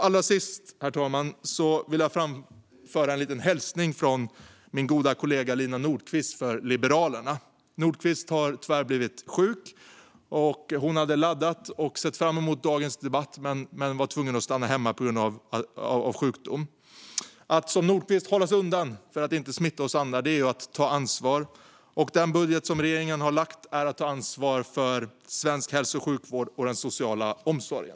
Allra sist vill jag framföra en hälsning från min goda kollega Lina Nordquist från Liberalerna, som tyvärr har blivit sjuk. Hon hade laddat och sett fram emot dagens debatt men var tvungen att stanna hemma på grund av sjukdom. Att som Nordquist hålla sig undan för att inte smitta oss andra är att ta ansvar, och den budget som regeringen har lagt fram innebär att ta ansvar för svensk hälso och sjukvård och den sociala omsorgen.